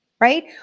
Right